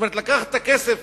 כלומר לקחת את הכסף